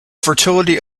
fertility